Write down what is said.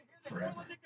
Forever